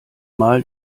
mal